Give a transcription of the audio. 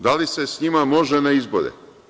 Da li se s njima može na izbore?